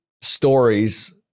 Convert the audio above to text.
stories